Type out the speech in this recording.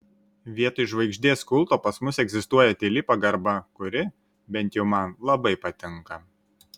vietoj žvaigždės kulto pas mus egzistuoja tyli pagarba kuri bent jau man labai patinka